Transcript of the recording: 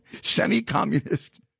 semi-communist